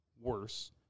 worse